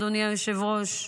אדוני היושב-ראש,